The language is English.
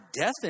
death